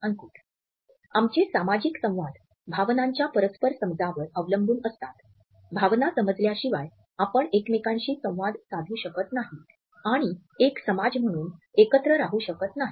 " आमचे सामाजिक संवाद भावनांच्या परस्पर समजावर अवलंबून असतात भावना समजल्याशिवाय आपण एकमेकांशी संवाद साधू शकत नाही आणि एक समाज म्हणून एकत्र राहू शकत नाही